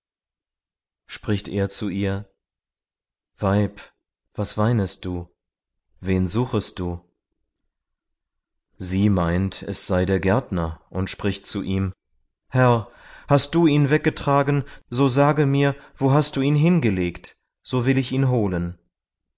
spricht er zu ihr weib was weinest du wen suchest du sie meint es sei der gärtner und spricht zu ihm herr hast du ihn weggetragen so sage mir wo hast du ihn hin gelegt so will ich ihn holen